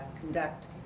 conduct